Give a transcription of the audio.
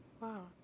wow